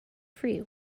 free